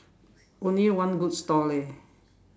only one good stall leh